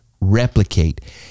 replicate